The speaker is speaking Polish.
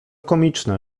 komiczne